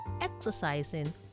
exercising